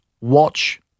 watch